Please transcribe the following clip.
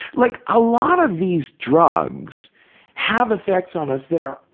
like, a lot of these drugs have effects on us that are,